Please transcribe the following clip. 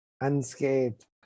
Unscathed